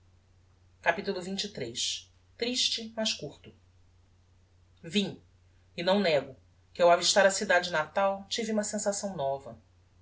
capitulo capitulo xxiii triste mas curto vim e não nego que ao avistar a cidade natal tive uma sensação nova